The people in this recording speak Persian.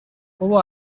بابا